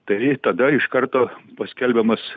tai tada iš karto paskelbiamas